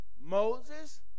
Moses